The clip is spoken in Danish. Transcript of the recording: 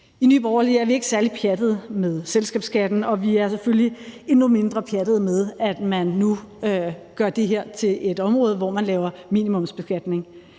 I Nye Borgerlige er vi ikke særlig pjattede med selskabsskatten, og vi er selvfølgelig endnu mindre pjattede med, at man nu gør det her til et område, hvor man laver minimumsbeskatning.